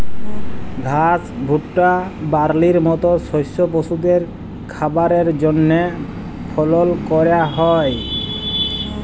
ঘাস, ভুট্টা, বার্লির মত শস্য পশুদের খাবারের জন্হে ফলল ক্যরা হ্যয়